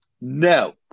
No